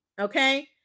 okay